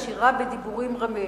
עשירה בדיבורים רמים.